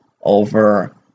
over